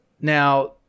now